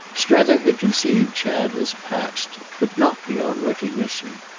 strether had conceived chad as patched, but not beyond recognition.